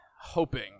hoping